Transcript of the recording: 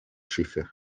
schiffe